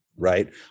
right